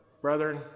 Brethren